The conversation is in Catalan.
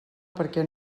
perquè